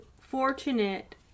fortunate